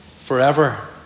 forever